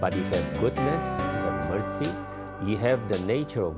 it you have the nature of